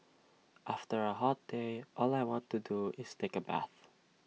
after A hot day all I want to do is take A bath